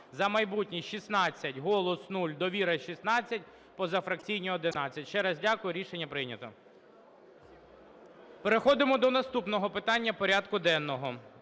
"За майбутнє" – 16, "Голос" – 0, "Довіра" – 16, позафракційні – 11. Ще раз дякую. Рішення прийнято. Переходимо до наступного питання порядку денного.